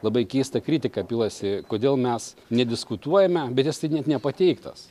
labai keista kritika pilasi kodėl mes nediskutuojame bet jis tai net nepateiktas